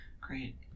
great